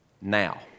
now